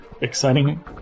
exciting